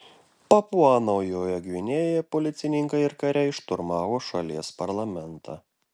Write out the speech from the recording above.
papua naujojoje gvinėjoje policininkai ir kariai šturmavo šalies parlamentą